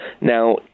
Now